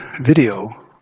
video